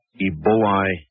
Ebola